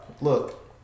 look